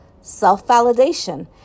self-validation